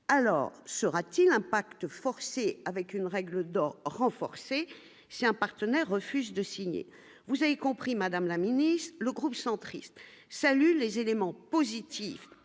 alors sera-t-il impact forcé avec une règle d'or renforcée, c'est un partenaire refuse de signer, vous avez compris, Madame la Ministre, le groupe centriste, salut les éléments positifs